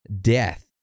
death